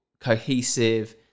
cohesive